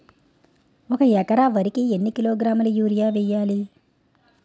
ఒక ఎకర వరి కు ఎన్ని కిలోగ్రాముల యూరియా వెయ్యాలి?